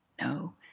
no